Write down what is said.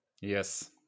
yes